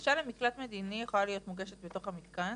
בקשה למקלט מדיני יכולה להיות מוגשת בתוך המתקן,